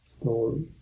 story